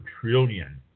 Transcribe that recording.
trillion